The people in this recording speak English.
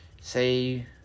Say